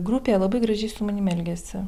grupėje labai gražiai su manim elgiasi